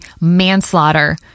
manslaughter